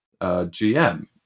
GM